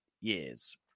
years